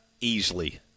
Easily